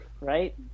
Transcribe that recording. right